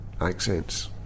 accents